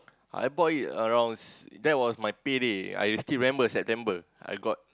I bought it around that was my payday I still remember September I got